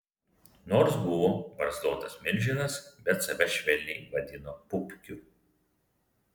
nors buvo barzdotas milžinas bet save švelniai vadino pupkiu